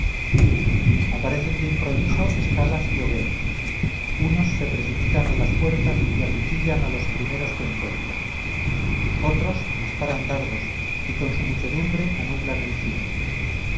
aparecen de improviso escalas y hogueras unos se precipitan a las puertas y acuchillan a los primeros que encuentran otros disparan dardos y con su muchedumbre anublan el cielo